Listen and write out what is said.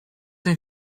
een